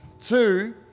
Two